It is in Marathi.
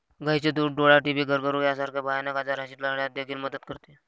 गायीचे दूध डोळा, टीबी, कर्करोग यासारख्या भयानक आजारांशी लढण्यास देखील मदत करते